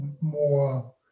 more